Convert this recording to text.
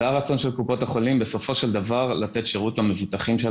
זה הרצון של קופות החולים בסופו של דבר - לתת שירות למבוטחים,